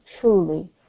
truly